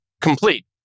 complete